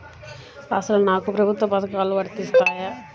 అసలు నాకు ప్రభుత్వ పథకాలు వర్తిస్తాయా?